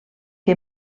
que